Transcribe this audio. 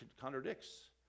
contradicts